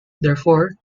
therefore